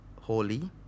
holy